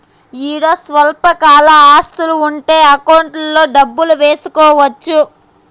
ఈడ స్వల్పకాల ఆస్తులు ఉంటే అకౌంట్లో డబ్బులు వేసుకోవచ్చు